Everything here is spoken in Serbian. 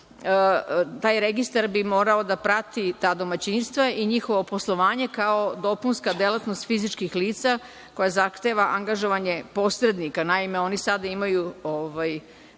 taj registar bi morao da prati ta domaćinstva i njihovo poslovanje, kao dopunska delatnost fizičkih lica koja zahteva angažovanje posrednika. Naime, oni sada imaju